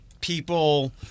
people